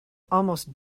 almost